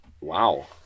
Wow